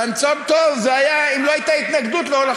רצון טוב זה אם לא הייתה התנגדות לאורך